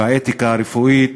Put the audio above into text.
והאתיקה הרפואית,